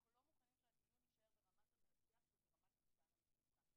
אנחנו לא מוכנים שהדיון יישאר ברמת המאבטח וברמת לחצן המצוקה.